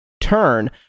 turn